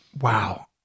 wow